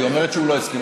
היא אומרת שהוא לא הסכים,